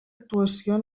actuació